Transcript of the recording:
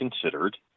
considered